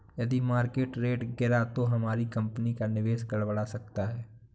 यदि market rate गिरा तो हमारी कंपनी का निवेश गड़बड़ा सकता है